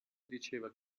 diceva